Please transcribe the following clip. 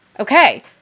Okay